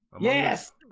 Yes